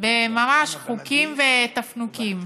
ממש בחוקים ובתפנוקים.